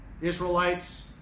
Israelites